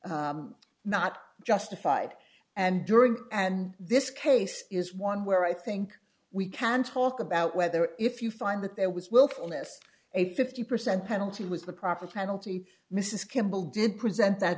not justified and during and this case is one where i think we can talk about whether if you find that there was willfulness a fifty percent penalty was the proper penalty mrs kemble did present that